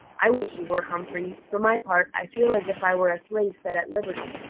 i wish you were, humphrey for my part, i feel as if i were a slave set at liberty.